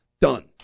Done